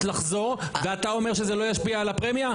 לחזור ואתה אומר שזה לא ישפיע על הפרמיה?